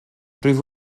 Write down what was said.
rwyf